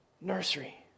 nursery